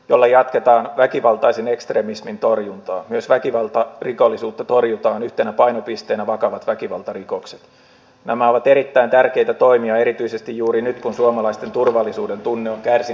toivoisin että hallitus katsoisi tässä tanskan esimerkin suuntaan hyvin rohkeasti todellakin kokeilujen kautta mutta jopa kaikki työllisyyspalvelut kunnille vieden ja sitä kautta uutta vahvaa kuntaa rakentaen